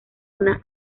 una